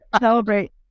celebrate